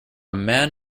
man